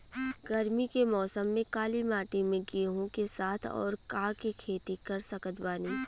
गरमी के मौसम में काली माटी में गेहूँ के साथ और का के खेती कर सकत बानी?